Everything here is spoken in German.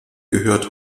gehört